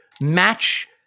match